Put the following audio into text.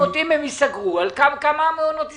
ייסגרו, כמה מעונות ייסגרו?